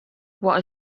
what